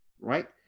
Right